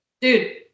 Dude